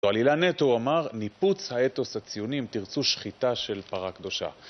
זו עלילה נטו הוא אמר, ניפוץ האתוס הציוני אם תרצו שחיטה של פרה קדושה.